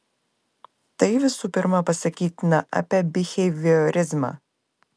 tai visų pirma pasakytina apie biheviorizmą